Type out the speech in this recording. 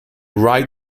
right